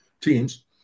teams